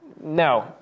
No